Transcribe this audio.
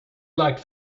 liked